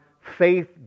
faith